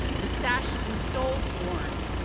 the sashes and stoles worn,